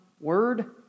word